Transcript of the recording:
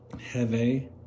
Heavy